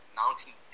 mounting